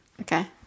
Okay